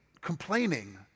complaining